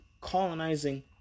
colonizing